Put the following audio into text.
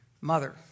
mother